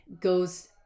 goes